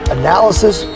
analysis